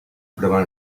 prueba